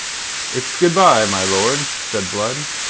it's good-bye, my lord, said blood.